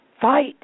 fight